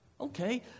Okay